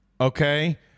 okay